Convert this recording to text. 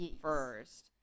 first